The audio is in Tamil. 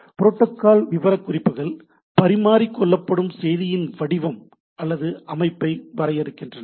புரோட்டோகால் விவரக்குறிப்புகள் பரிமாறிக் கொள்ளப்படும் செய்தியின் வடிவம் அல்லது அமைப்பை வரையறுக்கின்றன